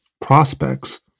prospects